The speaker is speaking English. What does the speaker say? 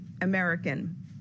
American